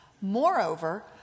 Moreover